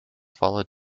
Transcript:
followed